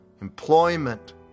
employment